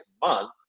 month